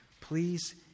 please